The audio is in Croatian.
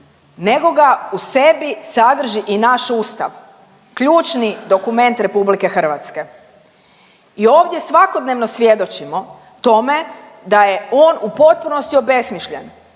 nego ga u sebi sadrži i naš Ustav, ključni dokument RH i ovdje svakodnevno svjedočimo tome da je on u potpunosti obesmišljen.